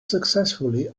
successfully